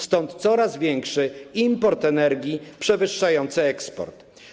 Stąd coraz większy import energii, przewyższający eksport.